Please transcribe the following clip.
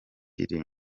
kuli